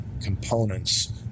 components